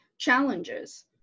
challenges